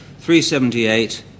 378